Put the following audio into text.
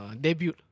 debut